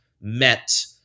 met